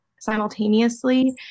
simultaneously